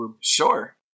Sure